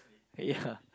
ya